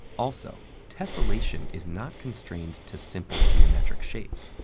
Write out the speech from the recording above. also, tessellation is not constrained to simple geometric shapes,